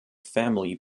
family